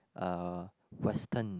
uh western